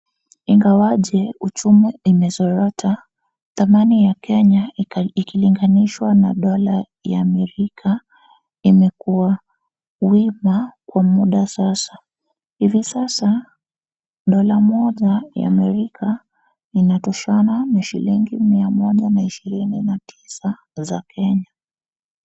Ingawaje uchumi imesorota, thamani ya Kenya ikilinganishwa na dola ya Amerika imekuwa wima kwa muda sasa. Hivi sasa dola moja ya Amerika inatosha na Shilingi 129 za Kenya.